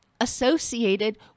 associated